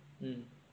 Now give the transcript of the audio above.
mm